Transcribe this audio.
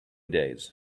days